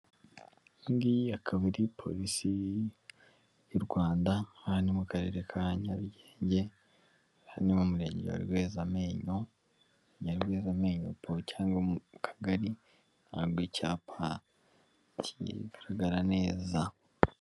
Iyi ngiyi akaba ari polisi y'u Rwanda, aha ni mu karere ka Nyarugenge, aha ni mu murenge wa Rwezamenyo, Nyarwezamenyo po cyangwa mu kagari, ntabwo icyapa kigaragara neza.